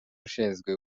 ushinzwe